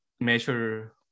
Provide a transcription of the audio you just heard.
measure